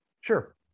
Sure